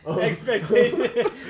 Expectation